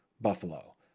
Buffalo